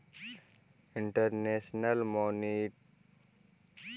international monetary fund के प्रयोग अंतरराष्ट्रीय स्तर पर विभिन्न देश के सहायता के लिए भी कैल जा हई